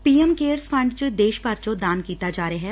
ਪੀ M cares fund ਚ ਦੇਸ਼ ਭਰ ਚੋਂ ਦਾਨ ਕੀਤਾ ਜਾ ਰਿਹੈ